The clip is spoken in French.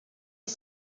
est